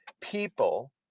People